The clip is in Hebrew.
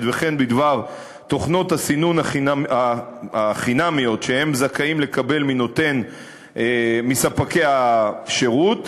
וכן בדבר תוכנות הסינון החינמיות שהם זכאים לקבל מספקי השירות,